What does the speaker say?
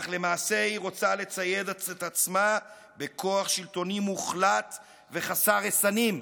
אך למעשה היא רוצה לצייד את עצמה בכוח שלטוני מוחלט וחסר רסנים,